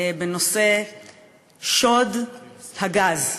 בנושא שוד הגז,